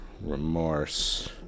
Remorse